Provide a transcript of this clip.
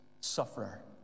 sufferer